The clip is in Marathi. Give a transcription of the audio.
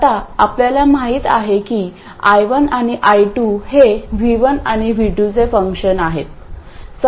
आता आपल्याला माहित आहे की I1 आणि I2 हे V1 आणि V2 चे फंक्शन आहे